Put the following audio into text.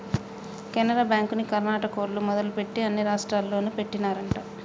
కెనరా బ్యాంకుని కర్ణాటకోల్లు మొదలుపెట్టి అన్ని రాష్టాల్లోనూ పెట్టినారంట